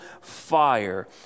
fire